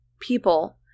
people